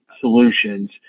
solutions